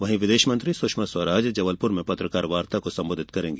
वहीं विदेश मंत्री सूषमा स्वराज जबलपूर में पत्रकार वार्ता को संबोधित करेंगी